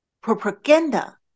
propaganda